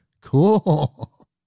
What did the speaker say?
Cool